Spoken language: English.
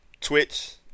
Twitch